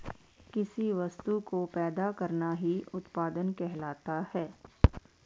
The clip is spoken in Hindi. किसी वस्तु को पैदा करना ही उत्पादन कहलाता है